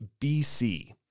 BC